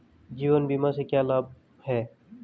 जीवन बीमा से क्या लाभ हैं?